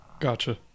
Gotcha